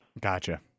Gotcha